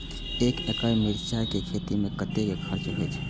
एक एकड़ मिरचाय के खेती में कतेक खर्च होय छै?